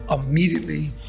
immediately